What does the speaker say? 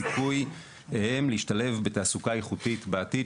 סיכוייהם להשתלב בתעסוקה איכותית בעתיד,